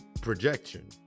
projection